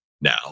now